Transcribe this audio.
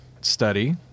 study